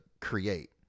create